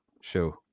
show